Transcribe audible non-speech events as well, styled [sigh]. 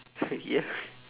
[laughs] ya